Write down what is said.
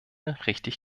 richtig